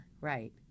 Right